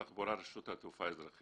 פער אחד קיים שצריך לתת לו מענה, והוא נדרש